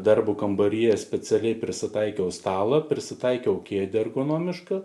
darbo kambaryje specialiai prisitaikiau stalą prisitaikiau kėdę ergonomiška